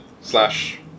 slash